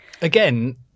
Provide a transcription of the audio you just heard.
Again